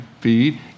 feed